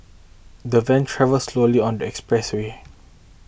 the van travelled slowly on the expressway